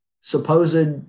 supposed